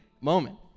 moment